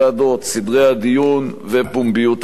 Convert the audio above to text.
סדרי הדיון ופומביות הישיבות.